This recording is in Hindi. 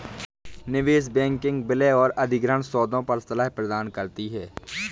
निवेश बैंकिंग विलय और अधिग्रहण सौदों पर सलाह प्रदान करती है